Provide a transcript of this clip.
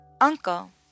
uncle